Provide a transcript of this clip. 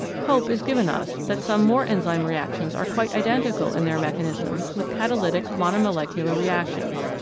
hope is given us that some more enzyme reactions are quite identical in their mechanism with catalytic monomolecular reactions.